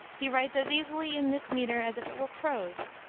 he writes as easily in this meter as if it were prose,